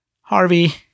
Harvey